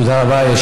תודה רבה.